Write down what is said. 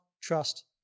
trust